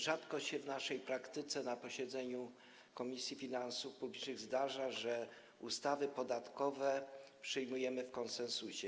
Rzadko się w naszej praktyce na posiedzeniu Komisji Finansów Publicznych zdarza, że ustawy podatkowe przyjmujemy w konsensusie.